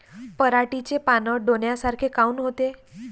पराटीचे पानं डोन्यासारखे काऊन होते?